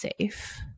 safe